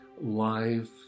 live